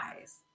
eyes